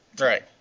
Right